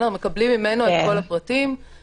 מקבלים ממנו את כל הפרטים,